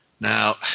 Now